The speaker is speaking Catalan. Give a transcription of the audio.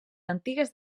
antigues